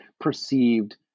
perceived